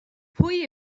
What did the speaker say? pwy